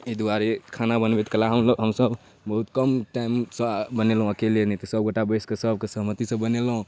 एहि दुआरे खाना बनबैतकाल हमसभ बहुत कम टाइमसँ बनेलहुँ अकेले नहि तऽ सभगोटा बैसिकऽ सभके सहमतिसँ बनेलहुँ